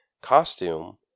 costume